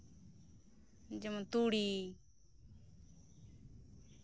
ᱡᱮᱢᱚᱱ ᱛᱩᱲᱤ